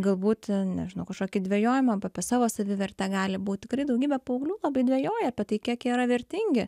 galbūt nežinau kažkokį dvejojimą apie savo savivertę gali būti tikrai daugybė paauglių labai dvejoja apie tai kiek jie yra vertingi